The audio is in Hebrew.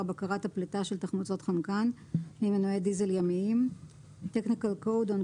בקרת הפליטה של תחמוצות חנקן ממנועי דיזל ימיים (Technical Code on